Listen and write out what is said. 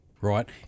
right